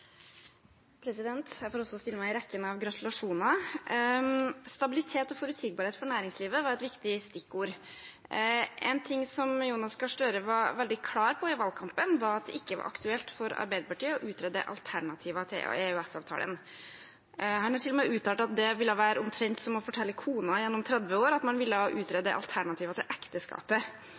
Jeg vil også stille meg i rekken av gratulanter. Stabilitet og forutsigbarhet for næringslivet var et viktig stikkord. Noe som Jonas Gahr Støre var veldig klar på i valgkampen, var at det ikke var aktuelt for Arbeiderpartiet å utrede alternativer til EØS-avtalen. Han har til og med uttalt at det ville være omtrent som å fortelle kona gjennom 30 år at man ville utrede alternativer til ekteskapet.